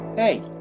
Hey